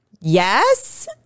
yes